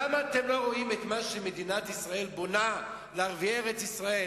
למה אתם לא רואים את מה שמדינת ישראל בונה לערביי ארץ-ישראל.